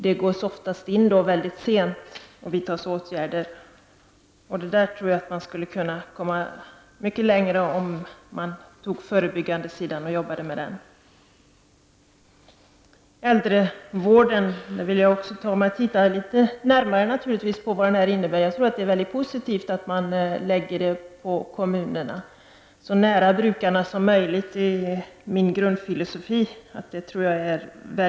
Det vidtas åtgärder ofta mycket sent. Där tror jag att man skulle kunna komma mycket längre om man arbetade mer med det förebyggande arbetet. Vi måste titta litet närmare på äldrevården. Det är positivt att lägga den på kommunerna, dvs. så nära brukarna som möjligt. Det är min grundfilosofi, och jag tycker att det är bra.